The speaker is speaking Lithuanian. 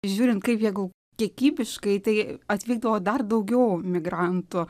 žiūrint kaip jeigu kiekybiškai tai atvykdavo dar daugiau migrantų